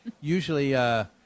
usually